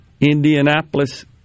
Indianapolis